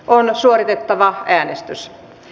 on osoitettava äänestys